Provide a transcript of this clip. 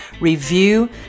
review